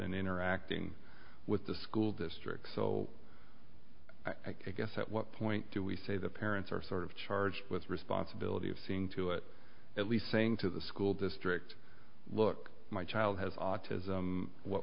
and interacting with the school district so i guess at what point do we say the parents are sort of charged with responsibility of seeing to it at least saying to the school district look my child has autism